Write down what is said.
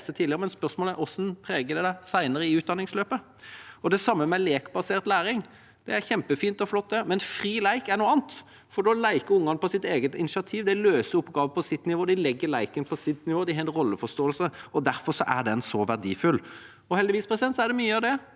men spørsmålet er hvordan det preger en senere i utdanningsløpet. Det samme gjelder lekbasert læring. Det er kjempefint og flott, men fri lek er noe annet, for da leker ungene på eget initiativ, de løser oppgaver på sitt nivå, de legger leken på sitt nivå, de har en rolleforståelse, og derfor er den så verdifull. Heldigvis er det mye av det